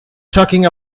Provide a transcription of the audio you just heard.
talking